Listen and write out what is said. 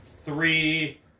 three